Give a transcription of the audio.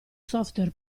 software